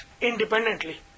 independently